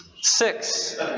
Six